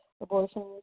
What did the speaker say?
abortions